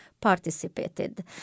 participated